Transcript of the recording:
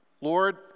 Lord